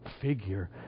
figure